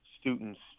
students